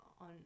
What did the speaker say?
on